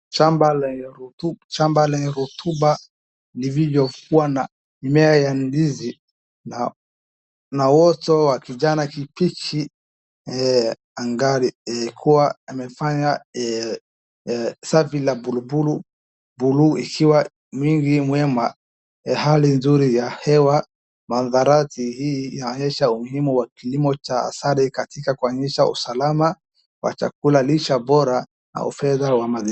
Shamba lenye rotuba lililokuwa na mimea ya ndizi na woto wa kijani kibichi angali kuwa amefanya safi la buluu ikiwa mwingi mwema hali nzuri ya hewa. Mandharati hii inaonyesha umuhimu wa kilimo cha asali katika kuonyesha usalama wa chakula lishe bora au fedha wa.